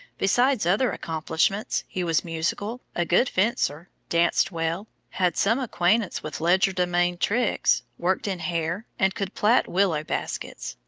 besides other accomplishments, he was musical, a good fencer, danced well, had some acquaintance with legerdemain tricks, worked in hair, and could plait willow baskets.